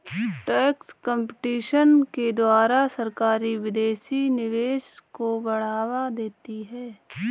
tax competition के द्वारा सरकारी विदेशी निवेश को बढ़ावा देती है